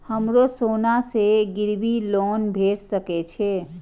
हमरो सोना से गिरबी लोन भेट सके छे?